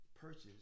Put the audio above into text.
purchase